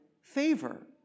favor